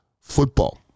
football